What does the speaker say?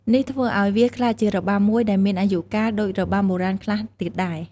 នេះធ្វើឱ្យវាក្លាយជារបាំមួយដែលមានអាយុកាលដូចរបាំបុរាណខ្លះទៀតដែល។